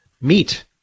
Meat